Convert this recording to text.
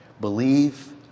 believe